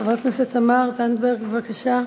חברת הכנסת תמר זנדברג, בבקשה.